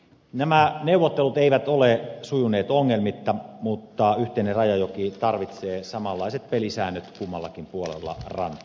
nämä neuvottelut eivät ole sujuneet ongelmitta mutta yhteinen rajajoki tarvitsee samanlaiset pelisäännöt kummallakin puolella rantaa